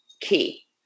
key